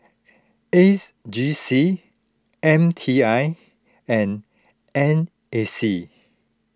A G C M T I and N A C